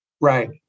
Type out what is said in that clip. Right